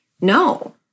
No